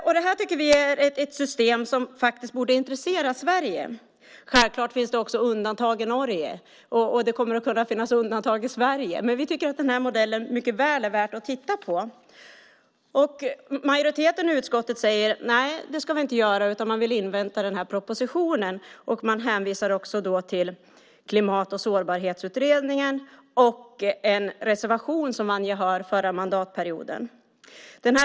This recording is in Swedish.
Vi tycker att det här är ett system som borde intressera Sverige. Självfallet finns det undantag i Norge, och det kommer att kunna finnas undantag också i Sverige. Men vi tycker att modellen är mycket väl värd att titta på. Majoriteten i utskottet säger att vi inte ska göra det, utan man vill invänta propositionen. Man hänvisar också till Klimat och sårbarhetsutredningen och till en reservation som vann gehör förra mandatperioden.